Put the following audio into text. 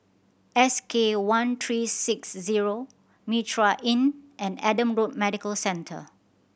S K one three six zero Mitraa Inn and Adam Road Medical Centre